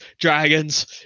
dragons